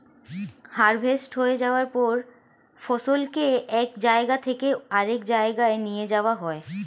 harvest হয়ে যাওয়ার পর ফসলকে এক জায়গা থেকে আরেক জায়গায় নিয়ে যাওয়া হয়